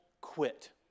quit